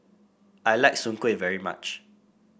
I like Soon Kway very much